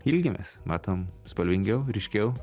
ilgimės matom spalvingiau ryškiau